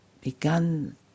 begun